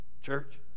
Church